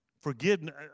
Forgiveness